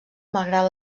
malgrat